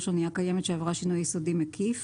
אנייה קיימת שעברה שינוי יסודי מקיף